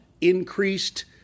increased